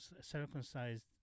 circumcised